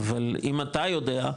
אבל אם אתה יודע,